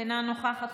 אינה נוכחת,